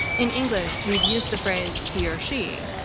in english, we've used the phrase he or she.